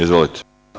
Izvolite.